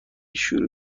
شروع